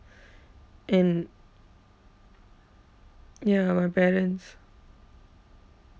and ya my parents